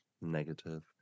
negative